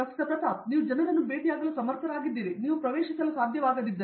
ಪ್ರತಾಪ್ ಹರಿದಾಸ್ ನೀವು ಜನರನ್ನು ಭೇಟಿಯಾಗಲು ಸಮರ್ಥರಾಗಿದ್ದೀರಿ ನೀವು ಪ್ರವೇಶಿಸಲು ಸಾಧ್ಯವಾಗದಿದ್ದರೆ